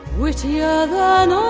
prettier than